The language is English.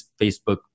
Facebook